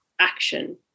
action